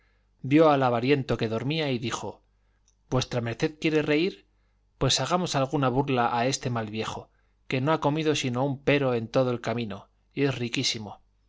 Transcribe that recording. vio al avariento que dormía y dijo v md quiere reír pues hagamos alguna burla a este mal viejo que no ha comido sino un pero en todo el camino y es riquísimo